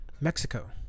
Mexico